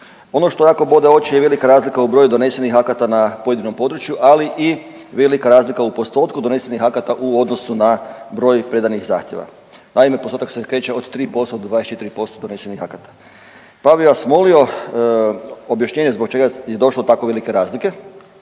Ono što jako bode oči je velika razlika u broju donesenih akata na pojedinom području, ali i velika razlika u postotku donesenih akata u odnosu na broj predanih zahtjeva. Naime, postotak se kreće od 3% do 24% donesenih akata pa bi vas molio objašnjenje zbog čega je došlo do tako velike razlike